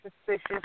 suspicious